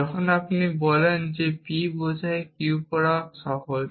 যখন আপনি বলেন p বোঝায় q এটি পড়া সহজ